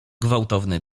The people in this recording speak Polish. gwałtowny